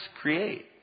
create